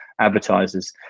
advertisers